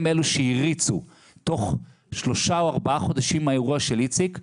הם אלה שהריצו תוך שלושה או ארבעה חודשים מהאירוע של איציק,